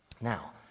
Now